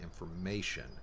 information